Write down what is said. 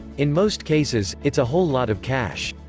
in most cases, it's a whole lot of cash.